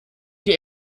die